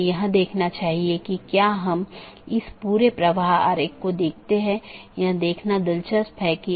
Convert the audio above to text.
हम देखते हैं कि N1 R1 AS1 है यह चीजों की विशेष रीचाबिलिटी है